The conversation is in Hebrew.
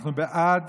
אנחנו בעד